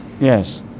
Yes